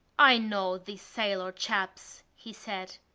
i know these sailor chaps, he said.